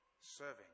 serving